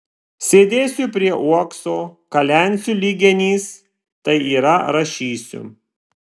sėdėsiu prie uokso kalensiu lyg genys tai yra rašysiu